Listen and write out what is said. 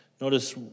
Notice